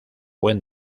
buen